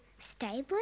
stable